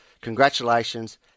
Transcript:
congratulations